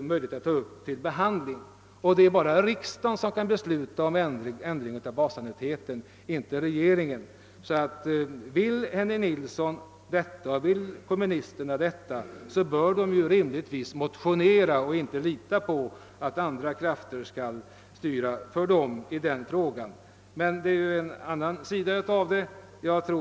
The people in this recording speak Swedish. möjligt att ta upp frågan till behandling. Endast riksdagen kan fatta beslut om en sådan sänkning — regeringen kan inte göra det. Vill herr Nilsson i Gävle och de andra kommunisterna ha det på det sättet bör de rimligtvis motionera och inte lita på att andra krafter skall styra för dem i den frågan. Men det är en annan sida av saken.